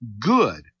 good